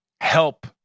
help